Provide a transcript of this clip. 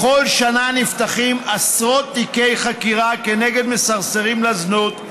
בכל שנה נפתחים עשרות תיקי חקירה כנגד מסרסרים לזנות.